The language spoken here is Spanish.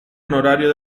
honorario